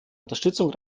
unterstützung